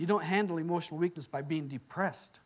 you don't handle emotional weakness by being depressed